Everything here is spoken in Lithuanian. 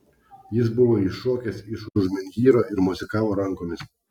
jis buvo iššokęs iš už menhyro ir mosikavo rankomis